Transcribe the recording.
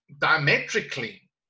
diametrically